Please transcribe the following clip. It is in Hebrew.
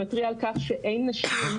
שמתריע על כך שאין נשים,